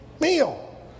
meal